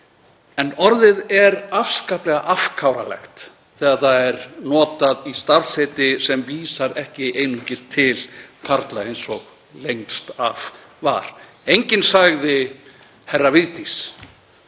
En orðið er afskaplega afkáralegt þegar það er notað í starfsheiti sem vísar ekki einungis til karla eins og lengst af var. Enginn sagði herra Vigdís.